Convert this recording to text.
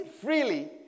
freely